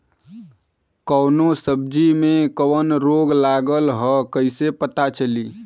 कौनो सब्ज़ी में कवन रोग लागल ह कईसे पता चली?